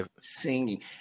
Singing